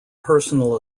personal